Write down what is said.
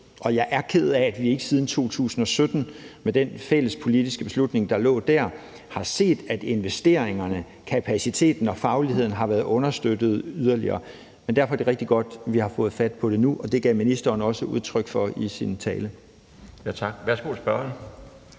jeg er ked af, at vi ikke siden 2017 med den fælles politiske beslutning, der lå der, har set, at investeringerne, kapaciteten og fagligheden har været understøttet yderligere. Derfor er det rigtig godt, at vi har fået fat på det nu. Det gav ministeren også udtryk for i sin tale.